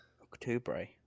October